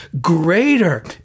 greater